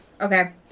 okay